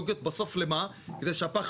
הן משלמות לו X כסף, לא יודע כמה הן